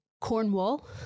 Cornwall